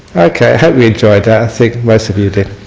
ok hope you enjoyed that i think most of you did